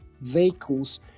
vehicles